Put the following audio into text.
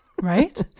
Right